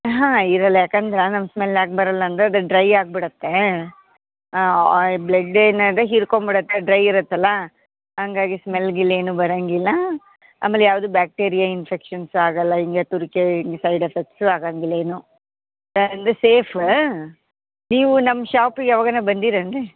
ಹಾಂ ಇರೋಲ್ಲ ಯಾಕಂದ್ರೆ ನಮ್ಮ ಸ್ಮೆಲ್ ಯಾಕೆ ಬರೋಲ್ಲ ಅಂದ್ರೆ ಅದು ಡ್ರೈ ಆಗಿಬಿಡತ್ತೆ ಬ್ಲಡ್ ಏನಂದರೆ ಹೀರ್ಕೊಂಡ್ಬಿಡತ್ತೆ ಡ್ರೈ ಇರುತ್ತಲ್ಲ ಹಂಗಾಗಿ ಸ್ಮೆಲ್ ಗಿಲ್ ಏನೂ ಬರೋಂಗಿಲ್ಲ ಆಮೇಲೆ ಯಾವುದೂ ಬ್ಯಾಕ್ಟಿರಿಯ ಇನ್ಫೆಕ್ಷನ್ಸ್ ಆಗೋಲ್ಲ ಹಿಂಗೆ ತುರಿಕೆ ಹಿಂಗ್ ಸೈಡ್ ಎಫೆಕ್ಟ್ಸೂ ಆಗೋಂಗಿಲ್ಲ ಏನು ಅಂದರೆ ಸೇಫ ನೀವು ನಮ್ಮ ಶಾಪಿಗೆ ಯಾವಾಗರ ಬಂದಿರಿ ಏನು ರೀ